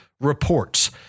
reports